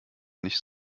nicht